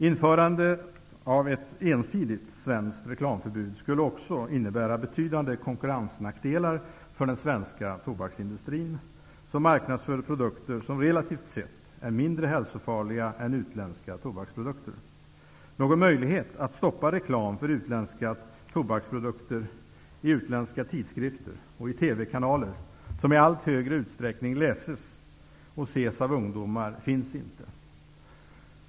Införande av ett ensidigt svenskt reklamförbud skulle också innebära betydande konkurrensnackdelar för den svenska tobaksindustrin, som marknadsför produkter som relativt sett är mindre hälsofarliga än utländska tobaksprodukter. Någon möjlighet att stoppa reklam för utländska tobaksprodukter i utländska tidskrifter och TV-kanaler, som i allt högre utsträckning läses och ses av ungdomar, finns inte.